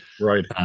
Right